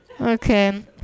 Okay